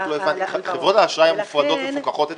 רק לא הבנתי - חברות האשראי מפוקחות אצלכם?